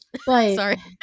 Sorry